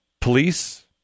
police